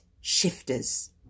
shifters